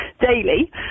daily